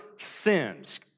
sins